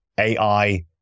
AI